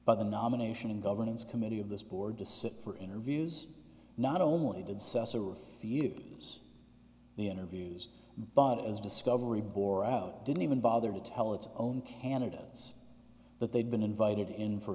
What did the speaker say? by the nomination and governance committee of this board to sit for interviews not only did sesar the use the interviews but as discovery bore out didn't even bother to tell its own candidates that they'd been invited in for